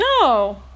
No